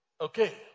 Okay